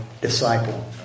disciple